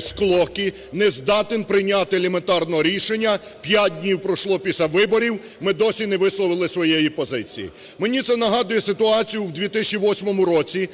склоки, не здатен прийняти елементарного рішення. 5 днів пройшло після виборів, ми й досі не висловили своєї позиції. Мені це нагадує ситуацію в 2008 році,